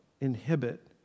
inhibit